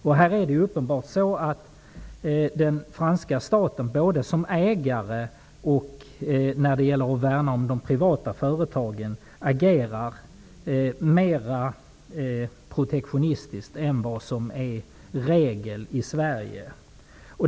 Här är det uppenbarligen så att den franska staten agerar mer protektionistiskt både som ägare och när det gäller att värna om de privata företagen än vad som är regel i Sverige.